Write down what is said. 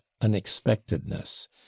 unexpectedness